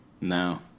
No